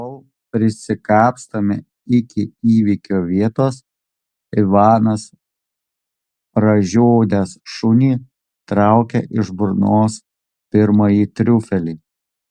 kol prisikapstome iki įvykio vietos ivanas pražiodęs šunį traukia iš burnos pirmąjį triufelį